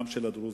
גם של הדרוזים,